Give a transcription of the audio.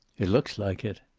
it looks like it.